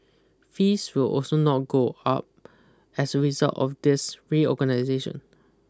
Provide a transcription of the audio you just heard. fees will also not go up as a result of this reorganisation